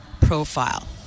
profile